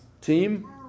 team